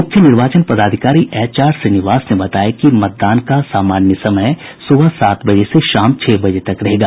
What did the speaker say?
मुख्य निर्वाचन पदाधिकारी एच आर श्रीनिवास ने बताया कि मतदान का सामान्य समय सुबह सात बजे से शाम छह बजे तक रहेगा